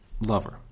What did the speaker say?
lover